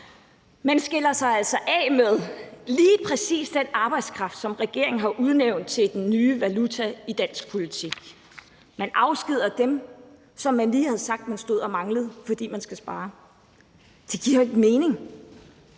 Man skiller sig altså af med lige præcis den arbejdskraft, som regeringen har udnævnt til den nye valuta i dansk politik. Man afskediger dem, som man lige har sagt man stod og manglede, fordi man skal spare. Det giver jo ikke mening.